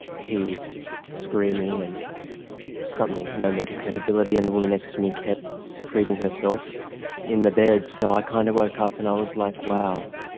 he was just screaming, and something, no mental capability. and the woman next to me kept secreting herself in the bed. so i kind of woke up and i was like, wow,